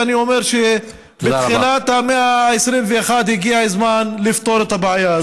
אני אומר שבתחילת המאה ה-21 הגיע הזמן לפתור את הבעיה הזאת.